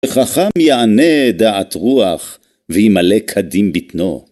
וחכם יענה דעת רוח, וימלא קדים ביטנו.